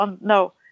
no